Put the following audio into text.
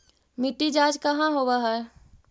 मिट्टी जाँच कहाँ होव है?